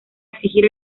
exigir